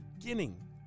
beginning